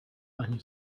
ani